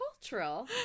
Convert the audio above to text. cultural